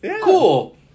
Cool